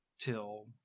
Till